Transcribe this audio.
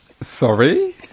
Sorry